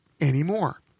anymore